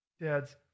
Dads